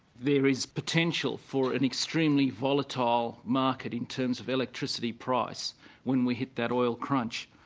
there is potential for and extremely volatile market in terms of electricity price when we hit that oil crunch.